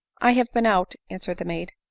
i have been out, answered the maid.